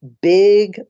big